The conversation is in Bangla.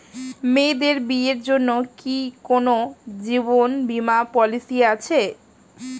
মেয়েদের বিয়ের জন্য কি কোন জীবন বিমা পলিছি আছে?